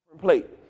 plate